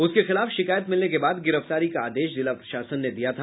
उसके खिलाफ शिकायत मिलने के बाद गिरफ्तारी का आदेश जिला प्रशासन ने दिया था